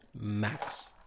max